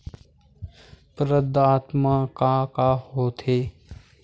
प्रदाता मा का का हो थे?